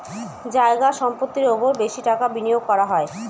জায়গা সম্পত্তির ওপর বেশি টাকা বিনিয়োগ করা হয়